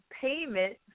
payment